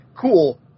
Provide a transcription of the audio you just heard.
cool